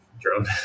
drone